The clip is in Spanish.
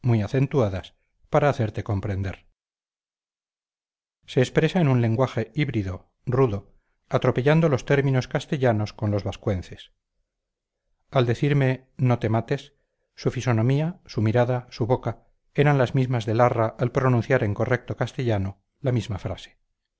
acentuadas para hacerte comprender se expresa en un lenguaje híbrido rudo atropellando los términos castellanos con los vascuences al decirme no te mates su fisonomía su mirada su boca eran las mismas de larra al pronunciar en correcto castellano la misma frase